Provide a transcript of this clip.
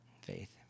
Faith